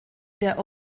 der